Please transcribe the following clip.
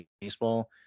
baseball